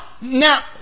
now